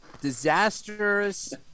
disastrous